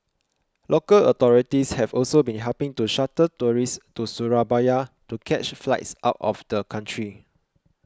local authorities have also been helping to shuttle tourists to Surabaya to catch flights out of the country